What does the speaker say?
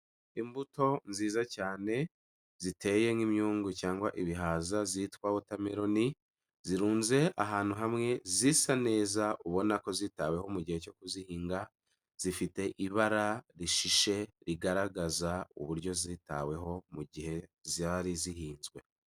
Imbuto nziza cyane ziteye nk'imyungu cyangwa ibihaza zitwa watermellon zirunze ahantu hamwe zisa neza ubona ko zitaweho mu gihe cyo kuzihinga, zifite ibara rishishe rigaragaza uburyo zitaweho mu gihe zari zihinzwe.